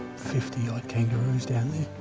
fifty ah ah kangaroos down there.